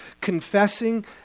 confessing